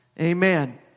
Amen